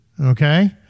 okay